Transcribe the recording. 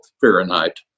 Fahrenheit